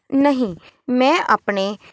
ਨਹੀਂ ਮੈਂ ਆਪਣੇ